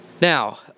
Now